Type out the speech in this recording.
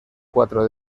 cuatro